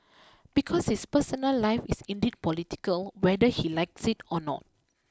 because his personal life is indeed political whether he likes it or not